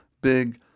big